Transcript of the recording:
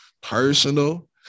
personal